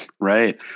Right